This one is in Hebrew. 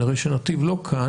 אני רואה שנתיב לא כאן,